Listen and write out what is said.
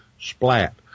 SPLAT